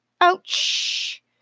Ouch